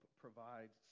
provides